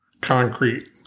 concrete